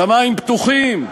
שמים פתוחים,